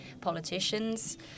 Politicians